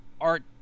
art